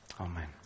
Amen